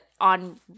on